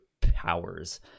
powers